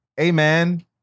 amen